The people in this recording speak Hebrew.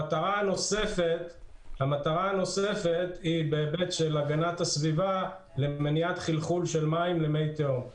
המטרה הנוספת היא בהיבט של הגנת הסביבה למניעת חלחול של מים למי תהום.